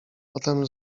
potem